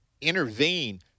intervene